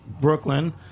Brooklyn